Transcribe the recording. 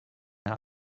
him